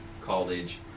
college